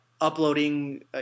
uploading